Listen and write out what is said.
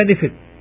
benefit